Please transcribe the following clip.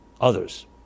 others